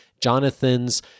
Jonathan's